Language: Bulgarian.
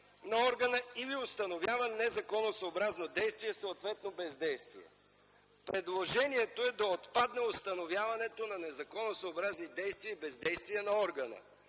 на органа или установява незаконосъобразно действие, съответно бездействие”. Предложението е да отпадне установяването на незаконосъобразно действие, съответно бездействие на органа.